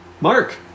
Mark